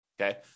Okay